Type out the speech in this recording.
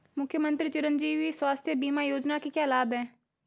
मुख्यमंत्री चिरंजी स्वास्थ्य बीमा योजना के क्या लाभ हैं?